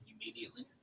immediately